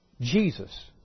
Jesus